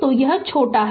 तो यह छोटा है